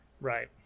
Right